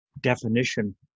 definition